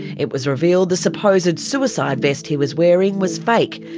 it was revealed the supposed suicide vest he was wearing was fake.